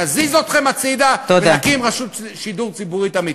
נזיז אתכם הצדה ונקים רשות שידור ציבורי אמיתית.